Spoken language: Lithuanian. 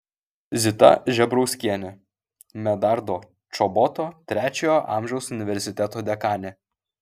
zita žebrauskienė medardo čoboto trečiojo amžiaus universiteto dekanė